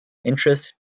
interest